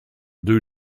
due